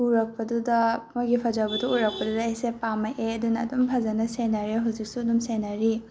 ꯎꯔꯛꯄꯗꯨꯗ ꯑꯩꯈꯣꯏꯒꯤ ꯐꯖꯕꯗꯣ ꯎꯔꯛꯄꯗꯨꯗ ꯑꯩꯁꯦ ꯄꯥꯝꯃꯛꯑꯦ ꯑꯗꯨꯅ ꯐꯖꯅ ꯑꯗꯨꯝ ꯁꯦꯟꯅꯔꯦ ꯍꯧꯖꯤꯛꯁꯨ ꯑꯗꯨꯝ ꯁꯦꯟꯅꯔꯤ